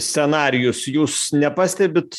scenarijus jūs nepastebit